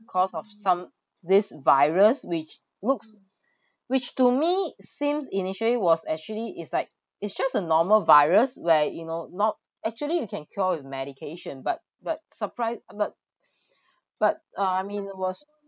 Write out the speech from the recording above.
because of some this virus which looks which to me seems initially was actually is like it's just a normal virus where you know not actually you can cure with medication but but surprise but but uh I mean it was